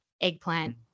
eggplant